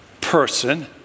person